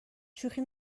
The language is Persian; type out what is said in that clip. شوخی